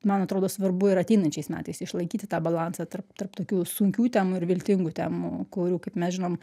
man atrodo svarbu ir ateinančiais metais išlaikyti tą balansą tarp tarp tokių sunkių temų ir viltingų temų kurių kaip mes žinom